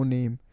Name